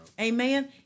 Amen